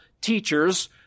teachers